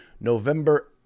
November